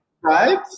Right